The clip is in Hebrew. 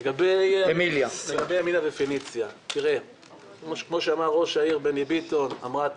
לגבי אמיליה ופניציה כפי שאמר ראש העירייה בני ביטון ואמרה